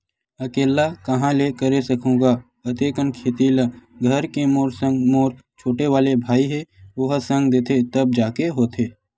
अकेल्ला काँहा ले करे सकहूं गा अते कन खेती ल घर के मोर संग मोर छोटे वाले भाई हे ओहा संग देथे तब जाके होथे